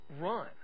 Run